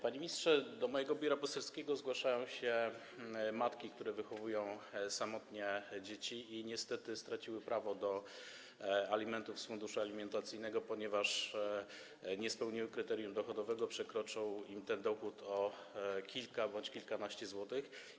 Panie ministrze, do mojego biura poselskiego zgłaszają się matki, które wychowują samotnie dzieci i, niestety, straciły prawo do alimentów z funduszu alimentacyjnego, ponieważ nie spełniają kryterium dochodowego, ich dochód przekroczył go o kilka bądź kilkanaście złotych.